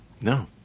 No